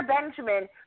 Benjamin